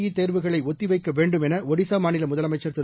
இ தேர்வுகளை ஒத்தி வைக்க வேண்டும் என ஒடிசா மாநில முதலமைச்சர் திரு